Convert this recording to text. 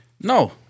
No